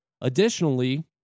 Additionally